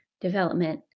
development